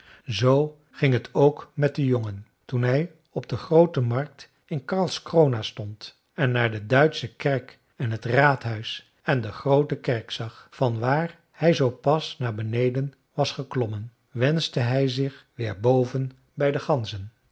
zoo ging het ook met den jongen toen hij op de groote markt in karlskrona stond en naar de duitsche kerk en het raadhuis en de groote kerk zag vanwaar hij zoo pas naar beneden was geklommen wenschte hij zich weer boven bij de ganzen